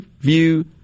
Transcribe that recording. view